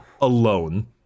alone